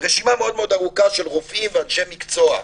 ורשימה מאוד מאוד ארוכה של רופאים ואנשי מקצוע,